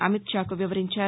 అమిత్ షాకు వివరించారు